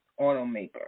automaker